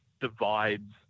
divides